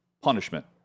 punishment